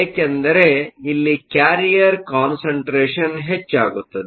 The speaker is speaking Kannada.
ಏಕೆಂದರೆ ಇಲ್ಲಿ ಕ್ಯಾರಿಯರ್ ಕಾನ್ಸಂಟ್ರೇಷನ್Carrier concentration ಹೆಚ್ಚಾಗುತ್ತದೆ